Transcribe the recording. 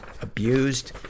abused